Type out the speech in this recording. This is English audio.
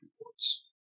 reports